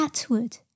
Atwood